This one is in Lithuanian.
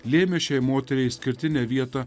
lėmė šiai moteriai išskirtinę vietą